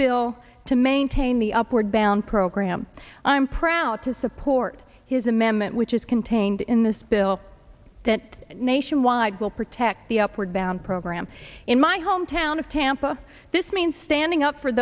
bill to maintain the upward bound program i'm proud to support his amendment which is contained in this bill that nationwide will protect the upward bound program in my hometown of tampa this means standing up for